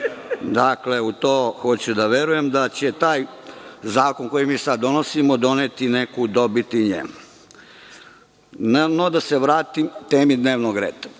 Dakle, hoću da verujem da će taj zakon koji mi sada donosimo doneti neku dobit i njemu.No, da se vratim temi dnevnog reda.